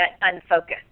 unfocused